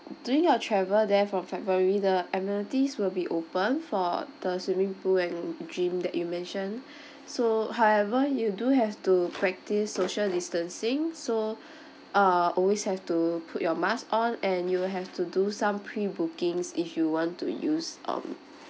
during your travel there from february the amenities will be open for the swimming pool and gym that you mentioned so however you do have to practise social distancing so uh always have to put your mask on and you have to do some pre-bookings if you want to use um